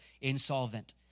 insolvent